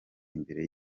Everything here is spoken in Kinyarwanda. imbere